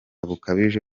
bukabije